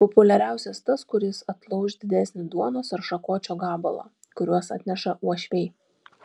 populiariausias tas kuris atlauš didesnį duonos ar šakočio gabalą kuriuos atneša uošviai